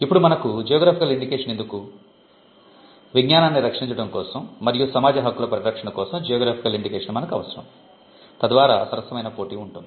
ఇప్పుడు మనకు geographical indication మనకు అవసరం తద్వారా సరసమైన పోటీ ఉంటుంది